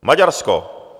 Maďarsko.